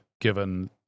given